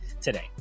today